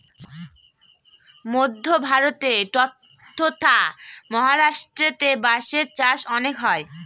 মধ্য ভারতে ট্বতথা মহারাষ্ট্রেতে বাঁশের চাষ অনেক হয়